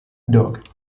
dog